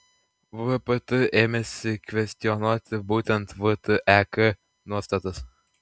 vpt ėmėsi kvestionuoti būtent vtek nuostatas